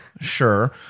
sure